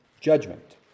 judgment